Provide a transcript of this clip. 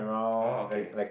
oh okay